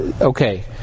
Okay